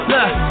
Look